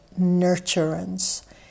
nurturance